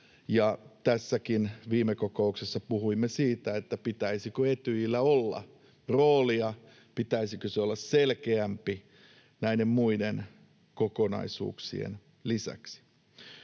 tässäkin viime kokouksessa puhuimme siitä, pitäisikö Etyjillä olla roolia, pitäisikö sen olla selkeämpi näiden muiden kokonaisuuksien lisäksi.